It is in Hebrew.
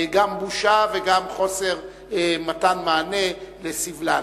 גם בושה וגם חוסר מתן מענה לסבלן.